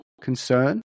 concern